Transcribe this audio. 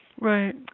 Right